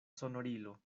sonorilo